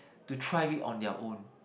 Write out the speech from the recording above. to thrive it on their own